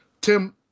Tim